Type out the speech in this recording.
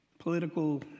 political